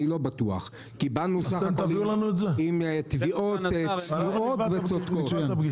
כי באנו בסך הכל עם תביעות צנועות וצודקות.